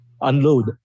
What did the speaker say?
unload